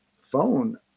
phone